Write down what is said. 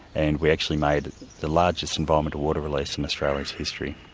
and we actually made the largest environmental water release in australia's history,